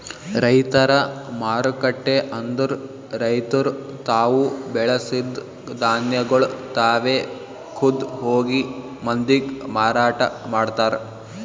ರೈತರ ಮಾರುಕಟ್ಟೆ ಅಂದುರ್ ರೈತುರ್ ತಾವು ಬೆಳಸಿದ್ ಧಾನ್ಯಗೊಳ್ ತಾವೆ ಖುದ್ದ್ ಹೋಗಿ ಮಂದಿಗ್ ಮಾರಾಟ ಮಾಡ್ತಾರ್